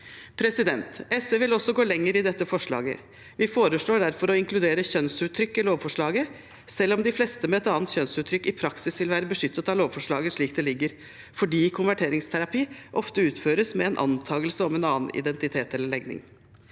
SV ville også gå lenger i dette forslaget. Vi foreslår derfor å inkludere kjønnsuttrykk i lovforslaget, selv om de fleste med et annet kjønnsuttrykk i praksis vil være beskyttet av lovforslaget slik det foreligger, fordi konverteringsterapi ofte utføres med antagelse om en annen identitet eller legning.